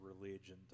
religion